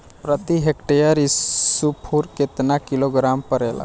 प्रति हेक्टेयर स्फूर केतना किलोग्राम परेला?